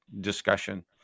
discussion